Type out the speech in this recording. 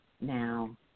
now